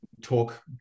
talk